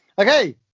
Okay